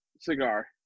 cigar